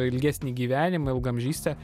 ilgesnį gyvenimą ilgaamžystę